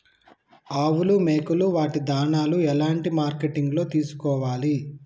ఆవులు మేకలు వాటి దాణాలు ఎలాంటి మార్కెటింగ్ లో తీసుకోవాలి?